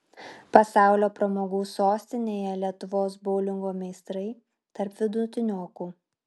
pasaulio pramogų sostinėje lietuvos boulingo meistrai tarp vidutiniokų